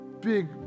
big